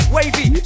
Wavy